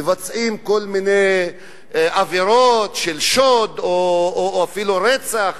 מבצעים כל מיני עבירות של שוד או אפילו רצח,